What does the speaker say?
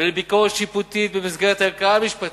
ולביקורת שיפוטית במסגרת ערכאה משפטית.